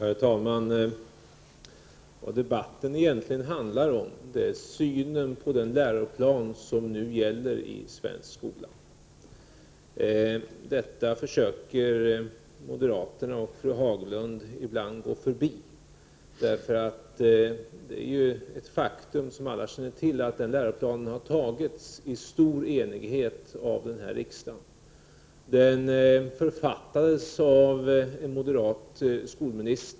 Herr talman! Debatten handlar egentligen om synen på den läroplan som nu gäller i den svenska skolan. Detta försöker fru Haglund och andra moderater ibland att gå förbi. Det är ett faktum som alla känner till att denna riksdag i stor enighet har fattat beslut om denna läroplan. Läroplanen författades av en moderat skolminister.